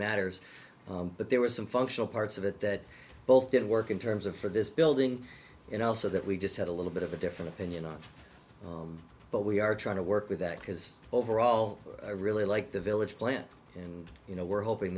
matters but there were some functional parts of it that both did work in terms of for this building and also that we just had a little bit of a different opinion on but we are trying to work with that because overall i really like the village plant and you know we're hoping